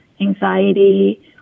anxiety